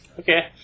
Okay